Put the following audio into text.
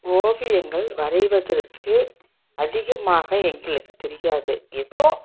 ஓவியங்கள் வரைவதற்கு அதிகமாக எங்களுக்கு தெரியாது ஏதோ